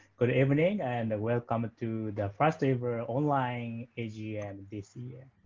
good evening and welcome to the first ever online agm this year.